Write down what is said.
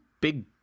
big